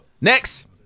Next